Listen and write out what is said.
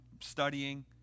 studying